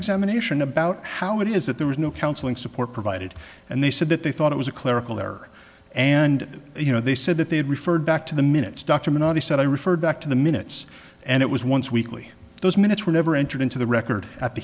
examination about how it is that there was no counseling support provided and they said that they thought it was a clerical error and you know they said that they had referred back to the minutes dr menotti said i referred back to the minutes and it was once weekly those minutes were never entered into the record at the